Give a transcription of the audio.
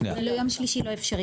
יום שלישי לא אפשרי.